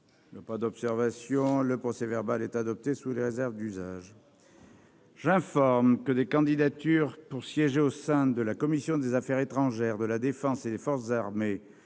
a pas d'observation, le procès verbal est adopté sous les réserves d'usage j'informe que des candidatures pour siéger au sein de la commission des Affaires étrangères de la Défense et des forces armées